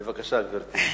בבקשה, גברתי.